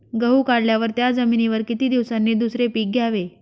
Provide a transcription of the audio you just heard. गहू काढल्यावर त्या जमिनीवर किती दिवसांनी दुसरे पीक घ्यावे?